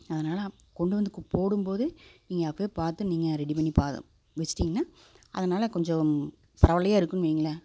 அதனால் கொண்டு வந்து போடும்போது நீங்கள் அப்போயே பார்த்து நீங்கள் ரெடி பண்ணி பா வச்சுட்டிங்கன்னா அதனால் கொஞ்சம் பரவயில்லையா இருக்குனு வைங்களேன்